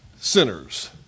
sinners